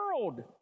world